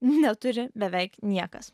neturi beveik niekas